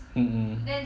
mm mm